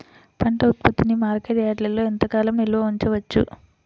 పంట ఉత్పత్తిని మార్కెట్ యార్డ్లలో ఎంతకాలం నిల్వ ఉంచవచ్చు?